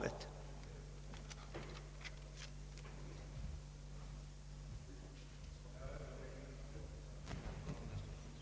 Reservanterna hade bland annat funnit övervägande skäl tala för att en reform nu borde komma till stånd genom en sådan samlad översyn av stavningsreglerna som motionärerna föreslagit.